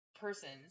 persons